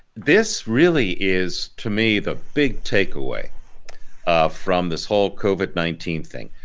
this really is to me the big takeaway from this whole covid nineteen thing.